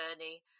journey